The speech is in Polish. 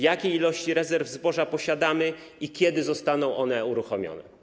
Jakie ilości rezerw zboża posiadamy i kiedy zostaną one uruchomione?